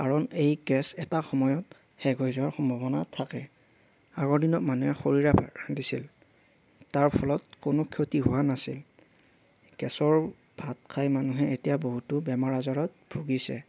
কাৰণ এই গেছ এটা সময়ত শেষ হৈ যোৱাৰ সম্ভাৱনা থাকে আগৰ দিনত মানুহে খৰিৰে ভাত ৰান্ধিছিল তাৰ ফলত কোনো ক্ষতি হোৱা নাছিল গেছৰ ভাত খাই মানুহে এতিয়া বহুতো বেমাৰ আজাৰত ভুগিছে